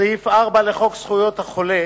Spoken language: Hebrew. סעיף 4 לחוק זכויות החולה